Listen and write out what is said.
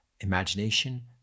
imagination